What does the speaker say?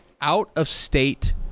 out-of-state